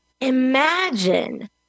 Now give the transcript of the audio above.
Imagine